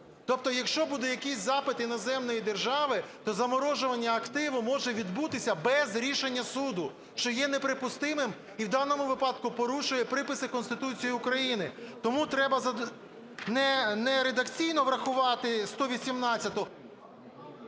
Тобто якщо буде якийсь запит іноземної держави, то заморожування активу може відбутися без рішення суду, що є неприпустимим і в даному випадку порушує приписи Конституції України. Тому треба не редакційно врахувати 118-у…